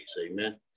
Amen